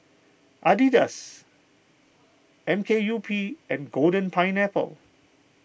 Adidas M K U P and Golden Pineapple